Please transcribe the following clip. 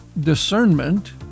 discernment